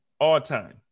All-time